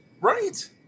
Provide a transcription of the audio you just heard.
right